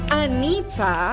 anita